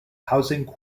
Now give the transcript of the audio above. housing